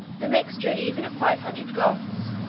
the mixture even of five hundred goths,